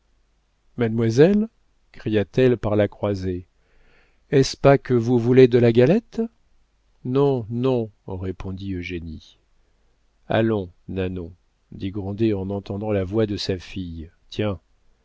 mademoiselle cria-t-elle par la croisée est-ce pas que vous voulez de la galette non non répondit eugénie allons nanon dit grandet en entendant la voix de sa fille tiens